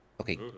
Okay